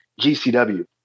gcw